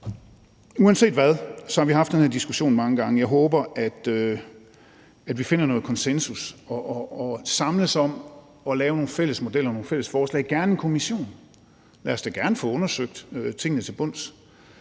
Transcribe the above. Uanset hvad har vi haft den her diskussion mange gange, og jeg håber, at vi finder noget konsensus at samles om og laver nogle fælles modeller og nogle fælles forslag, gerne en kommission, for lad os da gerne få tingene undersøgt til bunds,